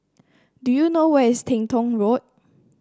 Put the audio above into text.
do you know where is Teng Tong Road